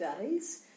days